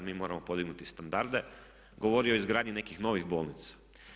Mi moramo podignuti standarde, govorio je o izgradnji nekih novih bolnica.